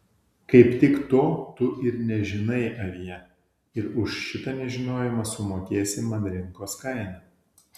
kaip tik to tu ir nežinai avie ir už šitą nežinojimą sumokėsi man rinkos kainą